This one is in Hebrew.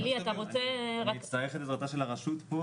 אני מגיש רביזיה על